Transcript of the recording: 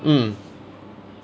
mm